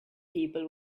people